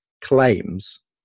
claims